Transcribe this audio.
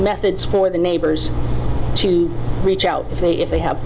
methods for the neighbors to reach out if they if they have